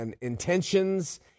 intentions